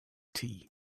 tea